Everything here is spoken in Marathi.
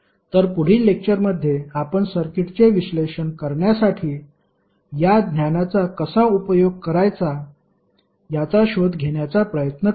तर पुढील लेक्चरमध्ये आपण सर्किटचे विश्लेषण करण्यासाठी या ज्ञानाचा कसा उपयोग करायचा याचा शोध घेण्याचा प्रयत्न करू